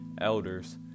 elders